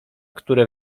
które